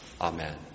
Amen